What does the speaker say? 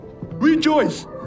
Rejoice